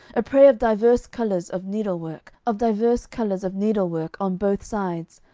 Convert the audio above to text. a prey of divers colours of needlework, of divers colours of needlework on both sides,